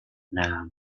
now